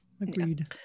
Agreed